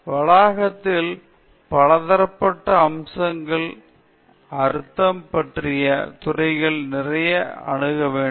வளாகத்தில் பலதரப்பட்ட அம்சங்களை அர்த்தம் பற்றி அறிய மற்ற துறைகளில் நிறைய அணுக வேண்டும்